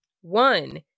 One